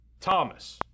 Thomas